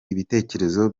ibitekerezo